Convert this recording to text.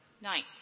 night